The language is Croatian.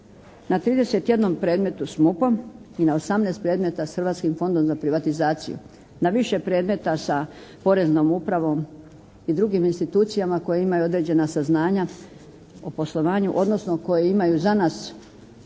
Na 31 predmetu s MUP-om i na 18 predmeta s Hrvatskim fondom za privatizaciju. Na više predmeta sa Poreznom upravom i drugim institucijama koja imaju određena saznanja o poslovanju, odnosno koje imaju za nas